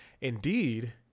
Indeed